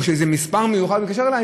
או שממספר מיוחד מתקשרים אלי,